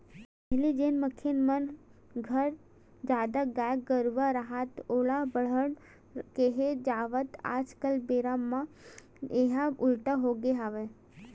पहिली जेन मनखे मन घर जादा गाय गरूवा राहय ओला बड़हर केहे जावय आज के बेरा म येहा उल्टा होगे हवय